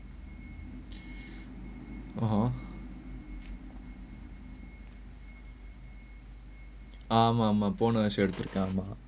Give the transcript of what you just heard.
ah ha ஆமா மா போனும்:aamaa maa ponum